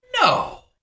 No